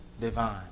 divine